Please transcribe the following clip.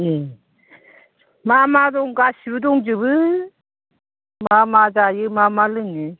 उम मा मा दं गासिबो दंजोबो मा मा जायो मा मा लोङो